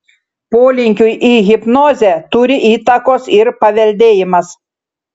polinkiui į hipnozę turi įtakos ir paveldėjimas